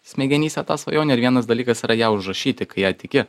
smegenyse tą svajonę ir vienas dalykas yra ją užrašyti kai ja tiki